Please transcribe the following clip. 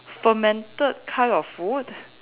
fermented kind of food